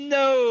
no